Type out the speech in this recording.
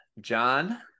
John